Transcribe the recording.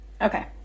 Okay